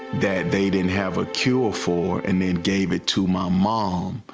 that they didn't have a cure for and then gave it to my mom,